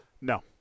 No